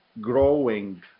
growing